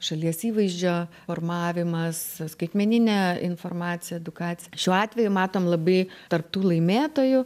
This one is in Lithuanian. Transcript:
šalies įvaizdžio formavimas skaitmeninė informacija edukacija šiuo atveju matom labai tarp tų laimėtojų